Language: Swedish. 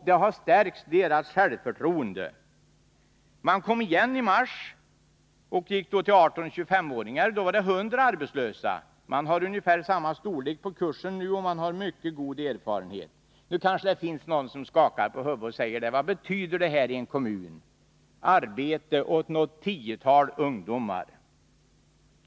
Deras självförtroende har stärkts. Man kom igen i mars och gick då ut till 18-25-åringar. Då var 100 arbetslösa. Man har ungefär samma storlek på kursen nu, och man har mycket goda erfarenheter. Nu kanske det finns någon som skakar på huvudet och säger: Vad betyder detta i en kommun — arbete åt något tiotal ungdomar?